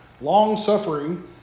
long-suffering